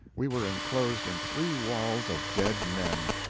we were enclosed in three walls of dead men!